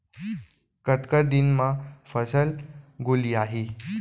कतका दिन म फसल गोलियाही?